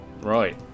right